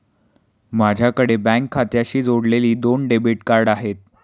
माझ्याकडे बँक खात्याशी जोडलेली दोन डेबिट कार्ड आहेत